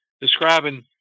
describing